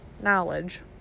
Knowledge